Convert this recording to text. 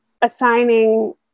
assigning